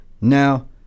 Now